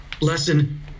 lesson